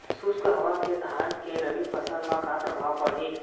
शुष्क हवा के धान के रबि फसल मा का प्रभाव पड़ही?